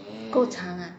够长啊